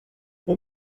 what